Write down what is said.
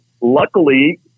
luckily